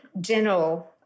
general